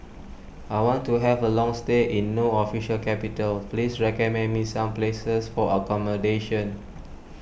I want to have a long stay in No Official Capital please recommend me some places for accommodation